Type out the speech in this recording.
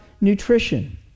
nutrition